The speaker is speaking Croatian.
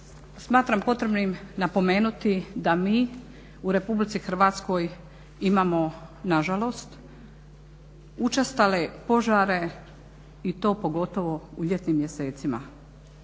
smatram potrebnim napomenuti da mi u Republici Hrvatskoj imamo nažalost učestale požare i to pogotovo u ljetnim mjesecima